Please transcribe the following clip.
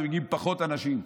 ומגיעים פחות אנשים.